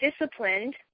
disciplined